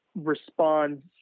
responds